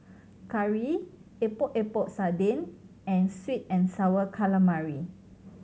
curry Epok Epok Sardin and sweet and Sour Calamari